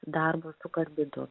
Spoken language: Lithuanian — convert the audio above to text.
darbo su karbidu